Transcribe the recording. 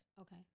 Okay